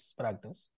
practice